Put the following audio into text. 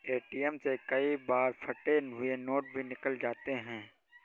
ATM से कई बार फटे हुए नोट भी निकल जाते हैं